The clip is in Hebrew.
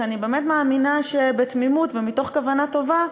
ואני באמת מאמינה שבתמימות ומתוך כוונה טובה,